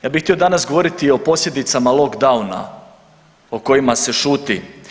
Ja bih htio danas govoriti o posljedicama lockdowna o kojima se šuti.